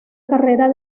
carrera